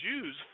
Jews